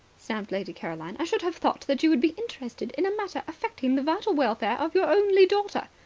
snapped lady caroline. i should have thought that you would be interested in a matter affecting the vital welfare of your only daughter.